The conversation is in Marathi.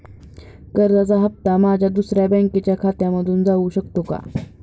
कर्जाचा हप्ता माझ्या दुसऱ्या बँकेच्या खात्यामधून जाऊ शकतो का?